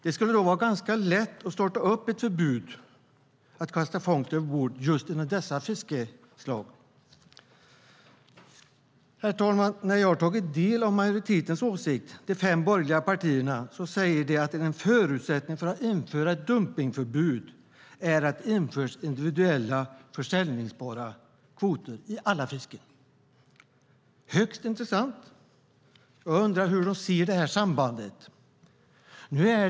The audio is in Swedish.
Det skulle därför vara ganska lätt att införa ett förbud mot att kasta fångst överbord just inom dessa fiskeslag. Herr talman! När jag har tagit del av majoritetens - de fem borgerliga partiernas - åsikt säger de att en förutsättning för att införa ett dumpningsförbud är att det införs individuella försäljningsbara kvoter i alla fisken. Det är högst intressant. Jag undrar hur de ser detta samband.